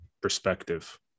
perspective